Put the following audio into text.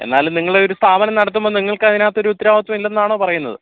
എന്നാലും നിങ്ങളൊരു സ്ഥാപനം നടത്തുമ്പം നിങ്ങൾക്ക് അതിനകത്ത് ഒരു ഉത്തരവാദിത്വം ഇല്ലെന്നാണോ പറയുന്നത്